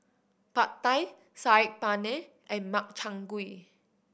Pad Thai Saag Paneer and Makchang Gui